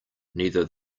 neither